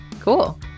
Cool